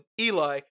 Eli